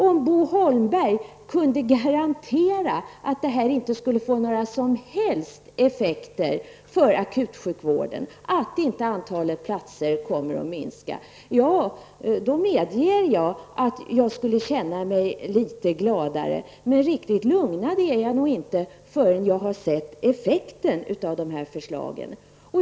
Om Bo Holmberg kunde garantera att detta inte får några som helst effekter för akutsjukvården, att inte antalet platser kommer att minska, då medger jag att jag skulle känna mig litet gladare. Men riktigt lugnad är jag nog inte förrän jag sett effekten av dessa förslag.